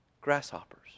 grasshoppers